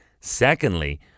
Secondly